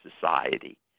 Society